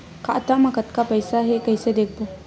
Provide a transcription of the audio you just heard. खाता मा कतका पईसा हे कइसे देखबो?